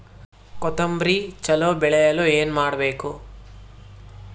ಕೊತೊಂಬ್ರಿ ಚಲೋ ಬೆಳೆಯಲು ಏನ್ ಮಾಡ್ಬೇಕು?